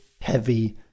heavy